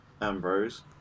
Ambrose